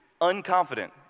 unconfident